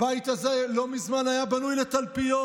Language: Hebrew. הבית הזה לא מזמן היה בנוי לתלפיות,